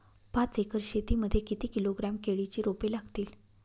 पाच एकर शेती मध्ये किती किलोग्रॅम केळीची रोपे लागतील?